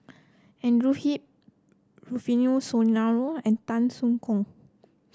Andrew Hip Rufino Soliano and Tan Soo Khoon